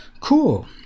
cool